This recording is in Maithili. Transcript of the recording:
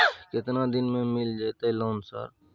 केतना दिन में मिल जयते लोन सर?